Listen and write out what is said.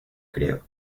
creo